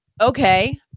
Okay